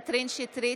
שטרית,